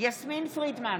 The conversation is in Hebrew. יסמין פרידמן,